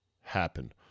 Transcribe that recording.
happen